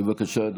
בבקשה.